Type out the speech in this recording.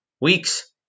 weeks